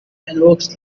evokes